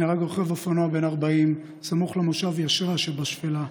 נהרג רוכב אופנוע בן 40 סמוך למושב ישרש שבשפלה,